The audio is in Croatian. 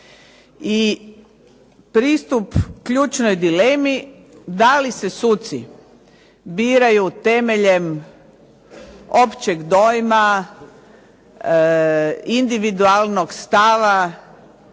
I pristup ključnoj dilemi da li se suci biraju temeljem općeg dojma, individualnog stava,